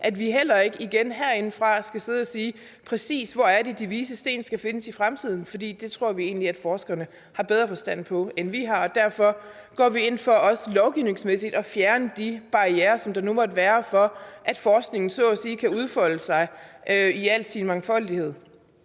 skal heller ikke på det her område herindefra sige, præcis hvor de vises sten skal findes i fremtiden, for det tror vi egentlig at forskerne har bedre forstand på, end vi har. Og derfor går vi også ind for lovgivningsmæssigt at fjerne de barrierer, der nu måtte være, for, at forskningen så at sige kan udfolde sig i al sin mangfoldighed.